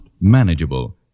manageable